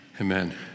Amen